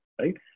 right